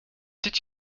did